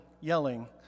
yelling